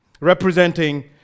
representing